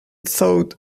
thought